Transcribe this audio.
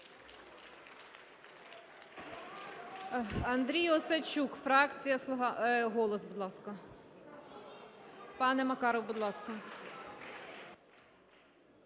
Андрій Осадчук, фракція "Голос", будь ласка. Пан Макаров, будь ласка.